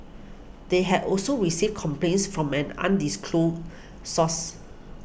they had also received complaints from an undisclosed source